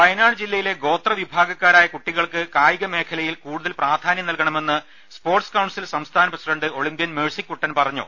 വയനാട് ജില്ലയിലെ ഗോത്ര വിഭാഗക്കാരായ കുട്ടികൾക്ക് കായിക മേഖലയിൽ കൂടുതൽ പ്രാധാന്യം നൽകണമെന്ന് സ്പോർട്സ് കൌൺസിൽ സംസ്ഥാന പ്രസിഡന്റ് ഒളിമ്പ്യൻ മേഴ്സിക്കുട്ടൻ പറഞ്ഞു